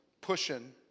pushing